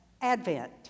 Advent